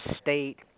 State